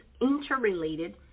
interrelated